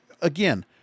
again